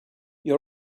you